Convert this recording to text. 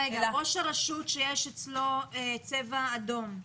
ראש רשות שיש לה צבע אדום,